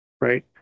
right